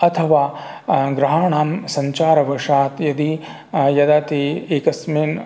अथवा ग्रहाणां सञ्चारवशात् यदि जगति एकस्मिन्